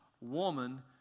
woman